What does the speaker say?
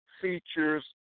features